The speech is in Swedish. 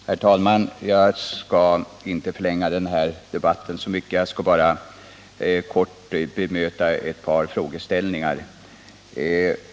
Herr talman! Jag skall inte förlänga debatten så mycket, utan jag skall bara kort bemöta ett par frågeställningar.